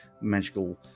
magical